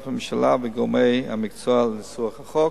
עם הממשלה וגורמי המקצוע לניסוח החוק.